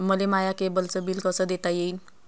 मले माया केबलचं बिल कस देता येईन?